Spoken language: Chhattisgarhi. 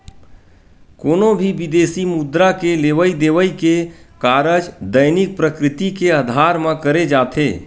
कोनो भी बिदेसी मुद्रा के लेवई देवई के कारज दैनिक प्रकृति के अधार म करे जाथे